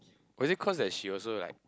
was it cause that she also like